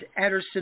Ederson